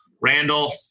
Randall